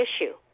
issue